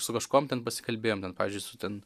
su kažkuom ten pasikalbėjom ten pavyzdžiui su ten